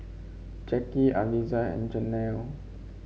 Jacky Aliza and Janell